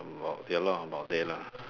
about ya lah about there lah